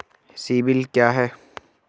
CIBIL क्या है?